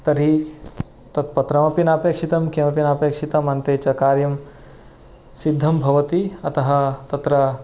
तर्हि तत् पत्रमपि नापेक्षितं किमपि नापेक्षितम् अन्ते च कार्यं सिद्धं भवति अतः तत्र